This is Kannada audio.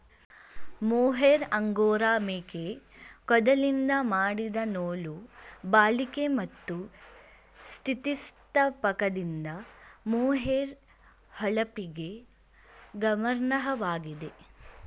ಮೊಹೇರ್ ಅಂಗೋರಾ ಮೇಕೆ ಕೂದಲಿಂದ ಮಾಡಿದ ನೂಲು ಬಾಳಿಕೆ ಮತ್ತು ಸ್ಥಿತಿಸ್ಥಾಪಕದಿಂದ ಮೊಹೇರ್ ಹೊಳಪಿಗೆ ಗಮನಾರ್ಹವಾಗಿದೆ